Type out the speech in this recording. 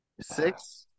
six